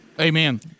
Amen